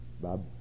Bob